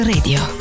Radio